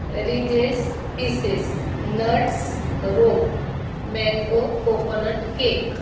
ridges pieces nuts rope mango coconut cake